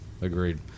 Agreed